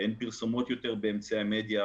אין פרסומות באמצעי המדיה,